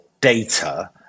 data